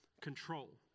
control